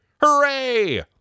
Hooray